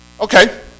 okay